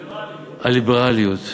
ליברליות.